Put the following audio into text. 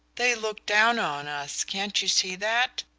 they look down on us can't you see that?